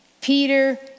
Peter